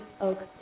Oak